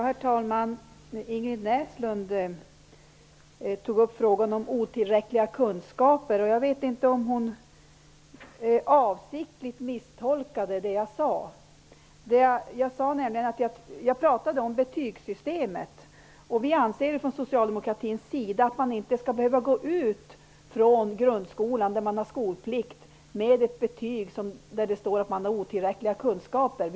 Herr talman! Ingrid Näslund tog upp frågan om otillräckliga kunskaper, och jag vet inte om hon avsiktligt misstolkade det jag sade. Jag pratade om betygssystemet. Vi anser från socialdemokratins sida att man inte skall behöva gå ut från grundskolan, där man har skolplikt, med ett betyg där det står att man har otillräckliga kunskaper.